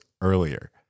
earlier